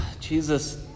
Jesus